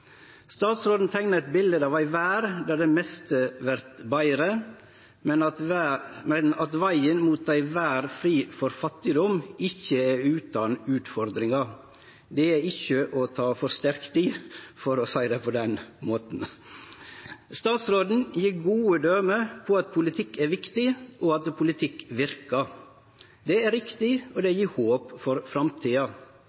Statsråden teikna eit bilete av ei verd der det meste vert betre, men at vegen mot ei verd fri for fattigdom ikkje er utan utfordringar. Det er ikkje å ta for sterkt i – for å seie det på den måten. Statsråden gjev gode døme på at politikk er viktig, og at politikk verkar. Det er riktig, og det